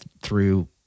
through-